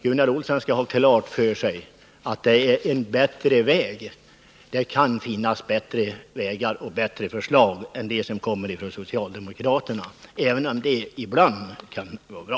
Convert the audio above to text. Han skall ha klart för sig att det är en bra väg. Det kan finnas bättre förslag än de som kommer från socialdemokraterna, även om de ibland kan vara bra.